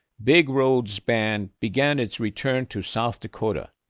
big road's band began its return to south dakota,